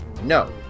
No